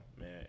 man